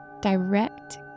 direct